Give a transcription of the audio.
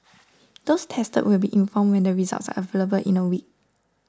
those tested will be informed when the results are available in a week